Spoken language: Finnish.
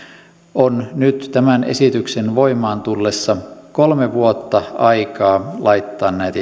on nyt tämän esityksen voimaan tullessa kolme vuotta aikaa laittaa näitä